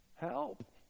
Help